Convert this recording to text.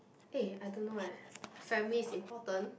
eh I don't know eh family is important